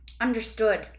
understood